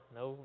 no